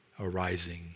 arising